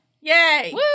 Yay